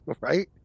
right